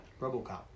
Robocop